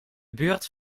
buurt